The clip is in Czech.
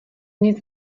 nic